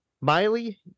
Miley